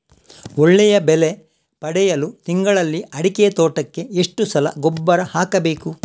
ಒಳ್ಳೆಯ ಬೆಲೆ ಪಡೆಯಲು ತಿಂಗಳಲ್ಲಿ ಅಡಿಕೆ ತೋಟಕ್ಕೆ ಎಷ್ಟು ಸಲ ಗೊಬ್ಬರ ಹಾಕಬೇಕು?